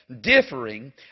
differing